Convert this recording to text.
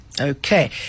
Okay